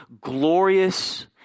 glorious